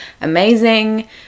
amazing